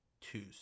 twos